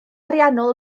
ariannol